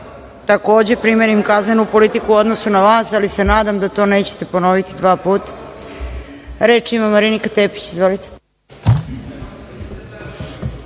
takođe, primenim kaznenu politiku u odnosu na vas, ali se nadam da to nećete ponoviti dva puta. Reč ima Marinika Tepić. Izvolite.